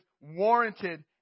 warranted